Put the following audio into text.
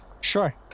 Sure